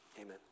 Amen